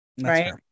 right